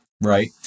right